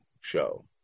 show